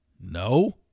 No